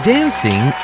Dancing